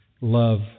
love